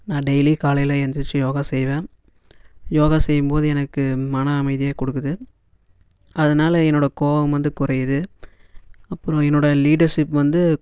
நான் டெய்லி காலையில் எழுந்திருச்சி யோகா செய்வேன் யோகா செய்யும்போது எனக்கு மன அமைதியை கொடுக்குது அதனால என்னோடய கோபம் வந்து குறையிது அப்பறம் என்னோடய லீடர்ஷிப் வந்து